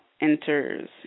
enters